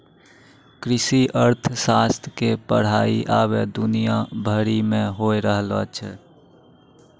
कृषि अर्थशास्त्र के पढ़ाई अबै दुनिया भरि मे होय रहलो छै